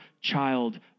child